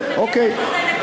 אמרתי לך שאני מתנגדת.